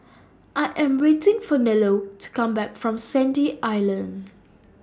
I Am waiting For Nello to Come Back from Sandy Island